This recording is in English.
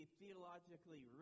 theologically